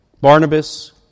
Barnabas